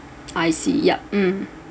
I see yup mm